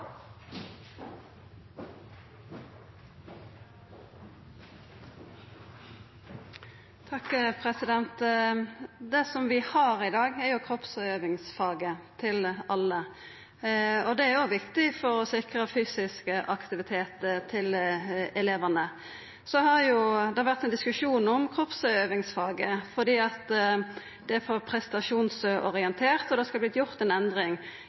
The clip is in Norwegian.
Det vi har i dag, er kroppsøvingsfaget til alle. Det er òg viktig for å sikra fysisk aktivitet til elevane. Så har det vore ein diskusjon om kroppsøvingsfaget, for det er for prestasjonsorientert, og det skulle vore gjort ei endring.